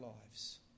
lives